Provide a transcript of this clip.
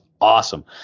awesome